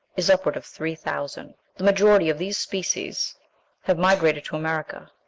is upward of three thousand. the majority of these species have migrated to america.